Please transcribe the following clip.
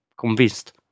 convinced